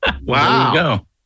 Wow